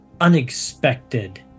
unexpected